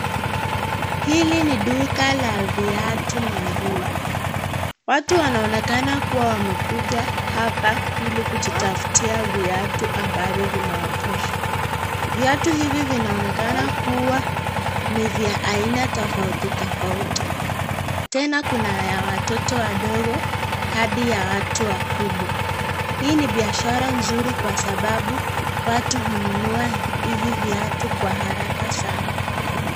Hili ni duka la viatu na nguo. Watu wanaonekana kuwa wamekuja hapa ili kujitafutia viatu ambavyo vinawatosha. Viatu hivi vinaonekana kuwa ni vya aina tofauti tofauti. Tena kuna ya watoto wadogo hadi ya watu wakubwa. Hii ni biashara nzuri kwa sababu watu hununua hivi viatu kwa haraka sana.